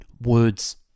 words